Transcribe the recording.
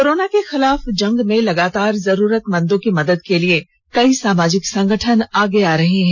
corona के खिलाफ जंग में लगातार जरूरतमंदों की मदद के लिए कई सामाजिक संगठन आगे आ रहे हैं